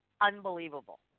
unbelievable